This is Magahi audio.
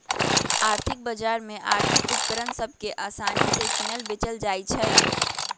आर्थिक बजार में आर्थिक उपकरण सभ के असानि से किनल बेचल जाइ छइ